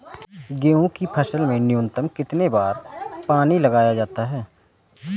गेहूँ की फसल में न्यूनतम कितने बार पानी लगाया जाता है?